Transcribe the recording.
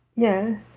Yes